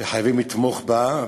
שחייבים לתמוך בה.